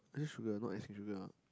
sugar not icing sugar ah